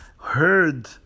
heard